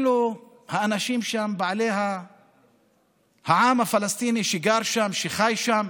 והאנשים שם, העם הפלסטיני שגר שם, שחי שם,